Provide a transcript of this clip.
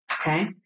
okay